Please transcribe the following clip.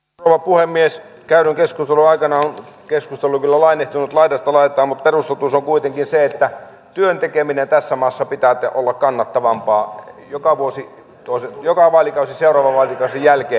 käydyn keskustelun aikana on keskustelu kyllä lainehtinut laidasta laitaan mutta perustotuus on kuitenkin se että työn tekemisen tässä maassa pitää olla kannattavampaa joka vaalikausi vaalikauden jälkeen